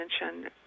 mentioned